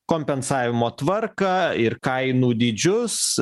kompensavimo tvarką ir kainų dydžius